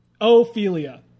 Ophelia